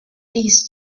these